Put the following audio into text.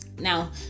Now